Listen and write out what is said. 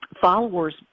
Followers